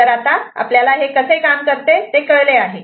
तर आता आपल्याला हे कसे काम करते ते कळले आहे